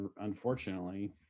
unfortunately